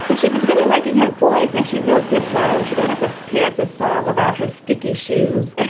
but she was really liking her voice as she wrote this song. she wrote and prepared this song about her sticky shoes.